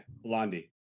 Blondie